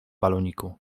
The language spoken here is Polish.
baloniku